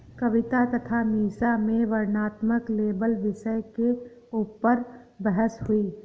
कविता तथा मीसा में वर्णनात्मक लेबल विषय के ऊपर बहस हुई